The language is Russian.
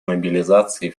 мобилизацией